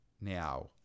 now